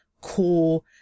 core